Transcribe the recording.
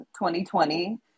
2020